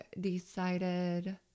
decided